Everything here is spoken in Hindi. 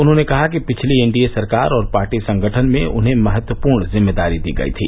उन्होंने कहा कि पिछली एनडीए सरकार और पार्टी संगठन में उन्हें महत्वपूर्ण जिम्मेदारी दी गई थी